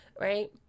Right